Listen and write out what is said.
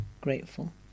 grateful